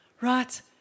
Right